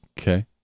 Okay